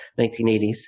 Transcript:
1980s